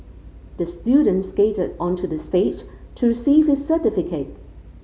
the student skated onto the stage to receive his certificate